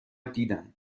دیدم